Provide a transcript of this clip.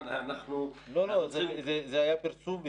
זה היה פרסום,